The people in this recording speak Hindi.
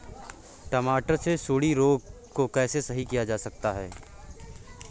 टमाटर से सुंडी रोग को कैसे सही किया जा सकता है?